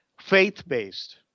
faith-based